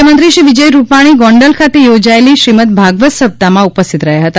મુખ્યમંત્રીશ્રી વિજય રૂપાલી ગોંડલ ખાતે યોજાયેલી શ્રીમદ ભાગવત સપ્તાહમાં ઉપસ્થિત રહયા હતા